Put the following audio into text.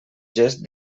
gest